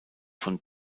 von